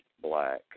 black